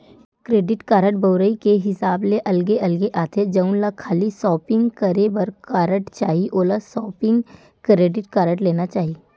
credit card बउरई के हिसाब ले अलगे अलगे आथे, जउन ल खाली सॉपिंग करे बर कारड चाही ओला सॉपिंग क्रेडिट कारड लेना चाही